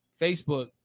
Facebook